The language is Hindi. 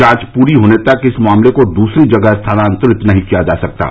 जांच पूरी होने तक इस मामले को दूसरी जगह स्थानांतरित नहीं किया जा सकता है